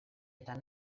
eta